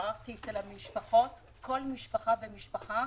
כל משפחה ומשפחה